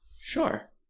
Sure